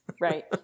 Right